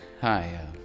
hi